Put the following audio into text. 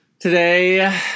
Today